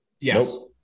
Yes